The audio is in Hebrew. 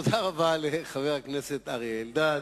תודה רבה לחבר הכנסת אריה אלדד.